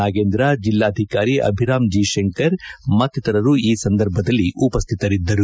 ನಾಗೇಂದ್ರ ಜಿಲ್ಲಾಧಿಕಾರಿ ಅಭಿರಾಮ್ ಜಿ ಶಂಕರ್ ಮತ್ತಿತರರು ಈ ಸಂದರ್ಭದಲ್ಲಿ ಉಪಸ್ಥಿತರಿದ್ದರು